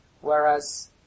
Whereas